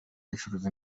bacuruza